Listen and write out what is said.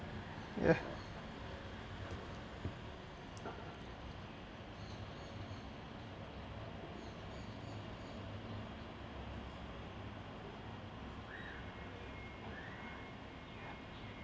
ya